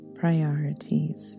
priorities